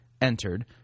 entered